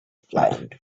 flattened